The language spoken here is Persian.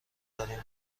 داریم